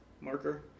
marker